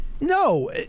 no